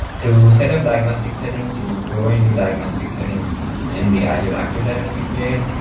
to set up diagnostic settings, you would go into diagnostic settings in the azure active directory blade.